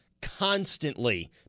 constantly